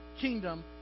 kingdom